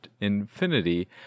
Infinity